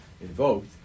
invoked